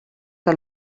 que